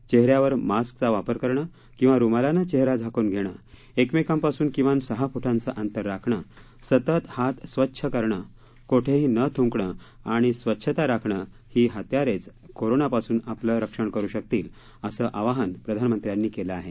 चेहऱ्यावर मास्कचा वापर करणे किंवा रुमालाने चेहरा झाकून घेणे एकमेकांपासून किमान सहा फुटाचे अंतर राखणे सतत हात स्वच्छ करणे कोठेही न थ्ंकणे आणि आणि स्वच्छता राखणे ही हत्यारेच कोरोनापासून आपले रक्षण करू शकतील असे आवाहन प्रधानमंत्र्यांनी केले आहे